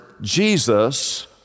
Jesus